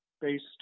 based